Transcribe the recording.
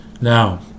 Now